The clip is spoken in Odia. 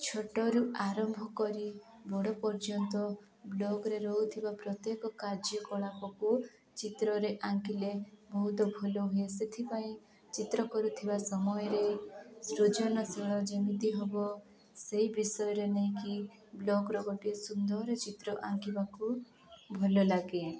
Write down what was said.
ଛୋଟରୁ ଆରମ୍ଭ କରି ବଡ଼ ପର୍ଯ୍ୟନ୍ତ ବ୍ଲକ୍ରେ ରହୁଥିବା ପ୍ରତ୍ୟେକ କାର୍ଯ୍ୟକଳାପକୁ ଚିତ୍ରରେ ଆଙ୍କିଲେ ବହୁତ ଭଲ ହୁଏ ସେଥିପାଇଁ ଚିତ୍ର କରୁଥିବା ସମୟରେ ସୃଜନଶୀଳ ଯେମିତି ହେବ ସେଇ ବିଷୟରେ ନେଇକି ବ୍ଲକ୍ର ଗୋଟିଏ ସୁନ୍ଦର ଚିତ୍ର ଆଙ୍କିବାକୁ ଭଲ ଲାଗେ